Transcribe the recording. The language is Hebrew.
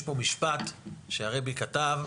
יש פה משפט שהרבי כתב,